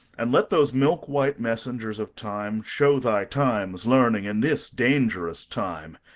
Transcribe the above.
and let those milk white messengers of time shew thy times learning in this dangerous time.